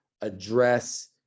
address